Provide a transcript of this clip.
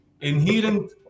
inherent